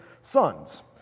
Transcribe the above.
sons